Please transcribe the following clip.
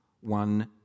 one